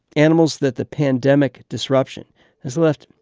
animals that the pandemic disruption has left,